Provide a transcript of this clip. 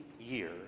year